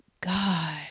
God